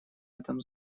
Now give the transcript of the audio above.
этом